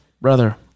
brother